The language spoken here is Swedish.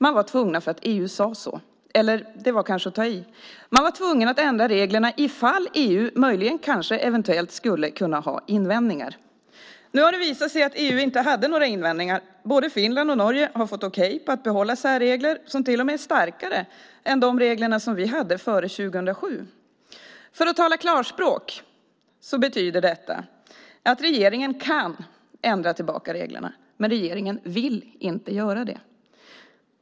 Man var tvungen för att EU sade så. Nej, det var kanske att ta i. Man var tvungen att ändra reglerna ifall EU möjligen kanske eventuellt skulle kunna ha invändningar. Nu har det visat sig att EU inte hade några invändningar. Både Finland och Norge har fått okej för att behålla särregler som till och med är starkare än de regler som vi hade före 2007. För att tala klarspråk betyder detta att regeringen kan ändra tillbaka reglerna. Men regeringen vill inte göra det.